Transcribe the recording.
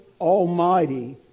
Almighty